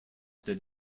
did